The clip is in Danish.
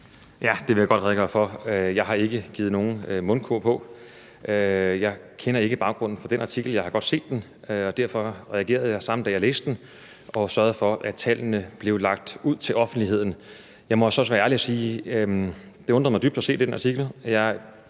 Jeg har ikke givet nogen mundkurv på. Jeg kender ikke baggrunden for den artikel – jeg har godt set den – og derfor reagerede jeg samme dag, jeg læste den, og sørgede for, at tallene blev lagt ud til offentligheden. Jeg må så også være